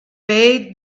bade